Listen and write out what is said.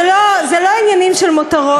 אלה לא עניינים של מותרות,